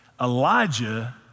Elijah